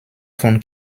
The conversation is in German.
von